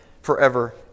forever